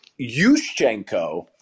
Yushchenko